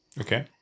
Okay